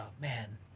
man